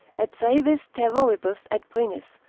et saevis terroribus et poenis,